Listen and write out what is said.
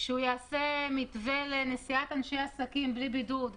שהוא יעשה מתווה לנסיעת אנשי עסקים בלי בידוד.